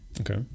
Okay